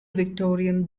victorian